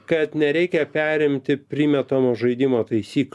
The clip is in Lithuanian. kad nereikia perimti primetamo žaidimo taisyk